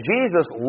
Jesus